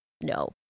No